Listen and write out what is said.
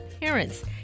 parents